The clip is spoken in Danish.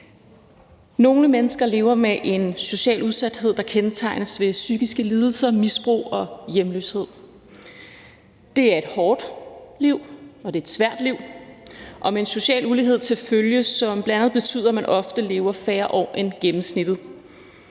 Nogle mennesker lever med en social udsathed, der kendetegnes ved psykiske lidelser, misbrug og hjemløshed. Det er et hårdt liv, og det er et svært liv, og det er med en social ulighed til følge, som bl.a. betyder, at man ofte lever færre år end gennemsnittet.